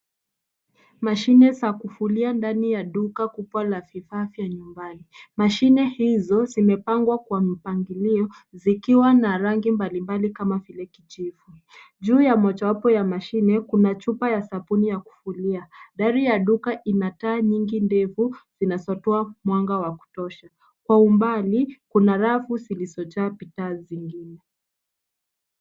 Mashine za kufulia zipo ndani ya duka la vifaa vya nyumbani. Mashine hizo hazijapangwa kwa mpangilio, zikiwa na rangi mbalimbali kama faili kilichochakaa. Juu ya mochopo wa mashine, kuna chupa ya sabuni ya kufulia. Dari ya duka ina taa nyingi kubwa zinazotoa mwanga wa kutosha. Kwa umbali, kuna rafu ambazo zimepangwa vizuri na bidhaa zingine.